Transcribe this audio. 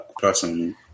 personally